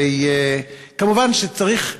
וכמובן צריך,